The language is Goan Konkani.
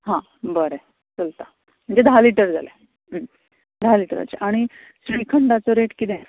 हां बरें चलता म्हणजे धा लिटर जाले धा लिटर जाले आनी श्रीखंडाचो रेट किदें आसा